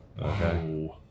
Okay